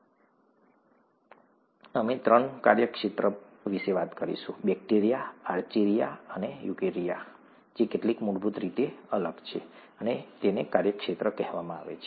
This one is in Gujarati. જીવન અમે કહ્યું હતું કે ત્રણ કાર્યક્ષેત્ર હતા બેક્ટેરિયા આર્ચીઆ અને યુકેરિયા જે કેટલીક મૂળભૂત રીતે અલગ છે અને તેને કાર્યક્ષેત્ર કહેવામાં આવે છે